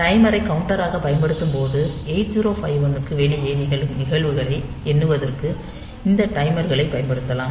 டைமரை கவுண்டராகப் பயன்படுத்தும்போது 8051 க்கு வெளியே நிகழும் நிகழ்வுகளை எண்ணுவதற்கு இந்த டைமர்களைப் பயன்படுத்தலாம்